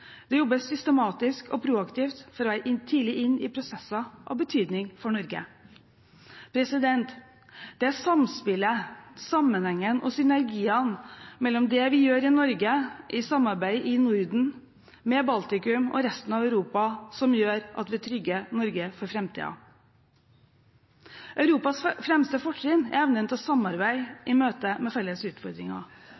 Det jobbes systematisk og proaktivt for å være tidlig inne i prosesser av betydning for Norge. Det er samspillet, sammenhengen og synergiene mellom det vi gjør i Norge, i samarbeidet i Norden, med Baltikum og med resten av Europa som gjør at vi trygger Norge for framtiden. Europas fremste fortrinn er evnen til å samarbeide